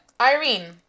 Irene